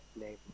name